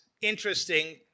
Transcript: interesting